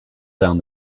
down